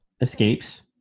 escapes